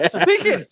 speaking